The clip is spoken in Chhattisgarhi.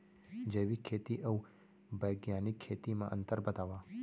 जैविक खेती अऊ बैग्यानिक खेती म अंतर बतावा?